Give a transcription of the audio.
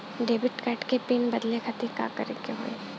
Debit card क PIN बदले खातिर का करेके होई?